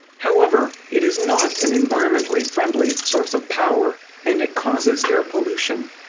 however, it is not an environmentally friendly source of power, and it causes air pollution.